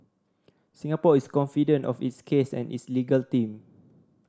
Singapore is confident of its case and its legal team